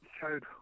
showed